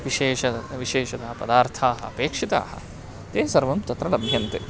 विशेषः विशेषः पदार्थाः अपेक्षिताः ते सर्वं तत्र लभ्यन्ते